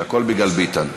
זה הכול בגלל ביטן.